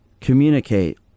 Communicate